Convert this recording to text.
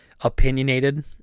opinionated